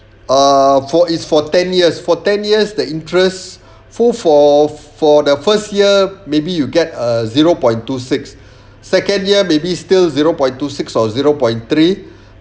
err for if for ten years for ten years the interest for for for the first year maybe you get a zero point two six second year maybe still zero point two six or zero point three